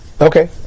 Okay